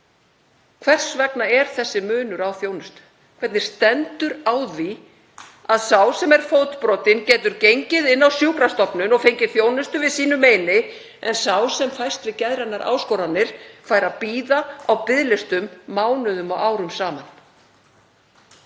Hvers vegna er þessi munur á þjónustu? Hvernig stendur á því að sá sem er fótbrotinn getur gengið inn á sjúkrastofnun og fengið þjónustu við sínu meini en sá sem fæst við geðrænar áskoranir fær að bíða á biðlistum mánuðum og árum saman?